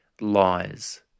lies